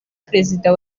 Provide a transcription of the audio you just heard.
perezida